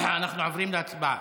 אנחנו עוברים להצבעה.